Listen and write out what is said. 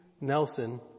Nelson